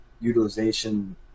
utilization